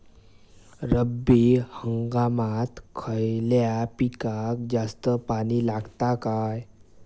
रब्बी हंगामात खयल्या पिकाक जास्त पाणी लागता काय?